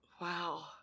Wow